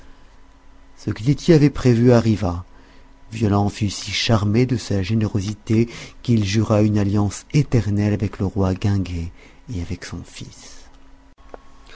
ce que tity avait prévu arriva violent fut si charmé de sa générosité qu'il jura une alliance éternelle avec le roi guinguet et avec son fils